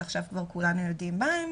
שעכשיו כבר כולנו יודעים מה הם,